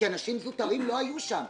כי אנשים זוטרים לא היו שם.